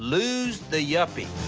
lose the yuppie.